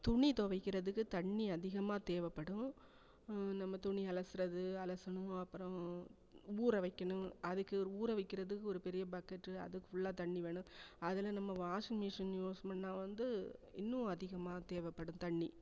துணி துவைக்கிறதுக்கு தண்ணி அதிகமாக தேவைப்படும் நம்ம துணி அலசுகிறது அலசணும் அப்புறம் ஊற வைக்கணும் அதுக்கு ஊற வைக்கிறதுக்கு ஒரு பெரிய பக்கெட்டு அதுக்கு ஃபுல்லாக தண்ணி வேணும் அதில் நம்ம வாஷிங் மிஷின் யூஸ் பண்ணால் வந்து இன்னும் அதிகமாக தேவைப்படும் தண்ணி